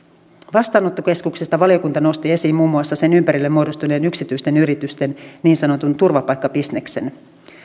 vastaanottokeskuksista valiokunta nosti esiin muun muassa niiden ympärille muodostuneen yksityisten yritysten niin sanotun turvapaikkabisneksen